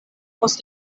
post